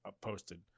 posted